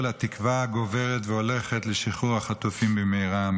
לתקווה הגוברת והולכת לשחרור החטופים במהרה,